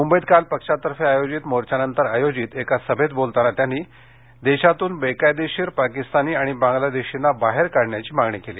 मुंबईत काल पक्षातर्फे आयोजित मोर्चानंतर आयोजित एका सभेत बोलताना त्यांनी देशातून बेकायेदशीर पाकिस्तानी आणि बांग्लादेशींना बाहेर काढण्याची मागणी केली